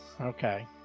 Okay